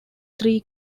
three